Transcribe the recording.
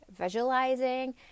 visualizing